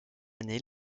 année